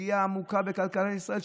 פגיעה עמוקה בכלכלת ישראל,